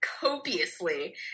copiously